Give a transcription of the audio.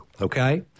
okay